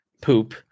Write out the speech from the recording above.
poop